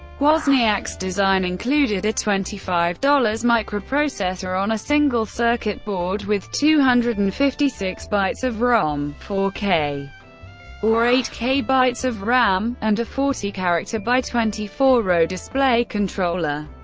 wozniak's design included a twenty five dollars microprocessor on a single circuit board with two hundred and fifty six bytes of rom, four k or eight k bytes of ram, and a forty character by twenty four row display controller.